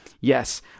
yes